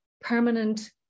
permanent